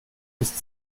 ist